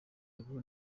ubu